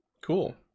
Cool